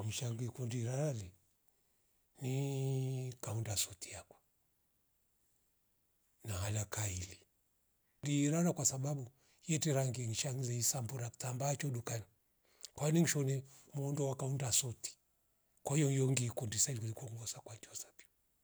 Wamsha ndwi kundi darare nii kaunda suti yakwa naala kaili. Kundi irara kwasababu yete rangi inshangile isambura kitaambacho dukai kwaili mshone muundo wa kaunda suti kwa iyoiyo ngikundi saime koongoza kwa chosapio